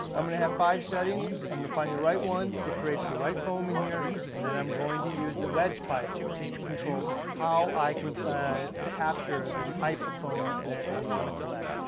i'm gonna have five settings. i'm gonna find the right one that creates the right foam in here, and then i'm going to use the wedge pipe, to control how i can ah capture the type of foam that i wanna collect.